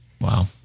wow